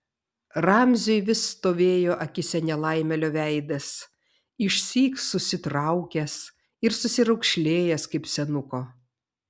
ramziui vis stovėjo akyse nelaimėlio veidas išsyk susitraukęs ir susiraukšlėjęs kaip senuko